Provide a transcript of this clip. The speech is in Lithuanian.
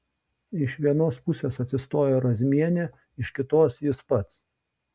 iš vienos pusės atsistojo razmienė iš kitos jis pats